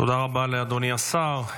תודה רבה לאדוני השר.